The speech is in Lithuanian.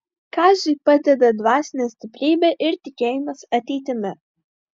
kaziui padeda dvasinė stiprybė ir tikėjimas ateitimi